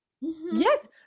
Yes